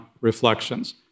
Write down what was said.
reflections